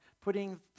putting